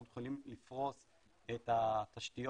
אנחנו מתחילים לפרוש את התשתיות,